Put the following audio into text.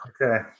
Okay